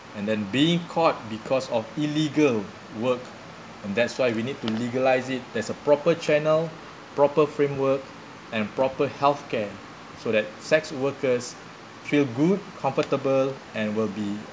and then be caught because of illegal work and that's why we need to legalize it there's a proper channel proper framework and proper healthcare so that sex workers feel good comfortable and will be